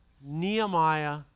Nehemiah